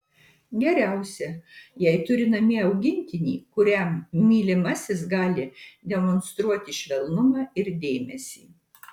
geriausia jei turi namie augintinį kuriam mylimasis gali demonstruoti švelnumą ir dėmesį